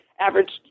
average